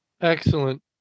Excellent